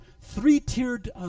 Three-tiered